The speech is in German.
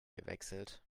gewechselt